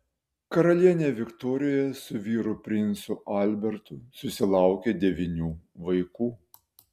karalienė viktorija su vyru princu albertu susilaukė devynių vaikų